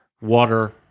water